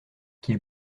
qu’il